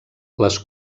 les